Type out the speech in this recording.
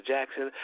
Jackson